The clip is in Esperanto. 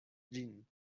ĝin